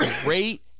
great